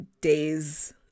days